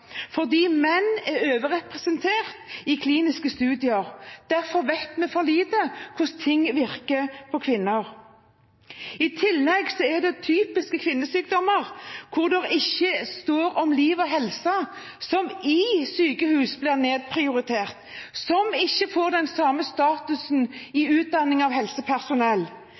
fordi menn er overrepresentert i kliniske studier. Derfor vet vi for lite om hvordan ting virker på kvinner. I tillegg blir typiske kvinnesykdommer, hvor det ikke står om liv og helse, nedprioritert i sykehus og har ikke den samme statusen i